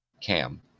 Cam